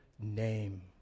name